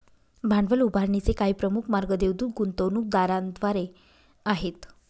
भांडवल उभारणीचे काही प्रमुख मार्ग देवदूत गुंतवणूकदारांद्वारे आहेत